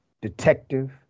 detective